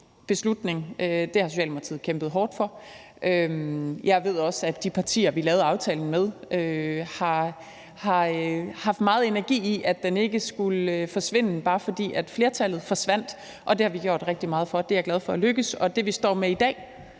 beslutning. Det har Socialdemokratiet kæmpet hårdt for. Jeg ved også, at de partier, vi lavede aftalen med, har lagt meget energi i, at den ikke skulle forsvinde, bare fordi flertallet forsvandt, og det har vi gjort rigtig meget for. Det er jeg glad for er lykkedes. Og det, vi står med i dag,